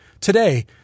Today